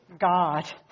God